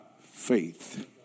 faith